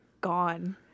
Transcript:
gone